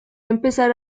empezar